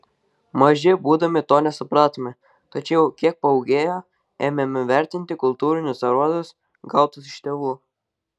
maži būdami to nesupratome tačiau kiek paūgėję ėmėme vertinti kultūrinius aruodus gautus iš tėvų